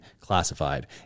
classified